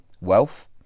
wealth